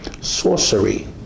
sorcery